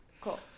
Cool